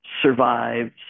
survived